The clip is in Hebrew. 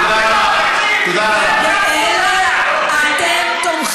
אף אחד עוד לא שלח את הילד שלו עם חגורת נפץ